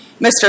Mr